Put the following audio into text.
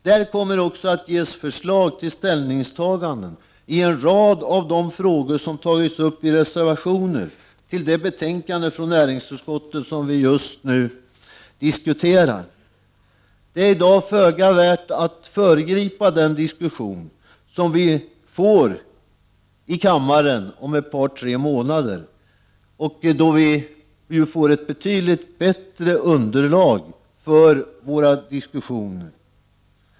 Där kommer också att ges förslag till ställningstaganden i en rad av de frågor som har tagits upp i reservationer till det betänkande från näringsutskottet som vi just nu diskuterar. Det är i dag föga värt att föregripa den diskussion som vi får i kammaren om ett par tre månader, då vi kommer att ha ett betydligt bättre underlag för diskussionen.